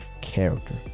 character